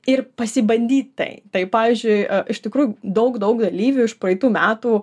ir pasibandyt tai tai pavyzdžiui iš tikrųjų daug daug dalyvių iš praeitų metų